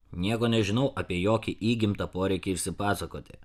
nieko nežinau apie jokį įgimtą poreikį išsipasakoti